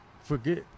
forget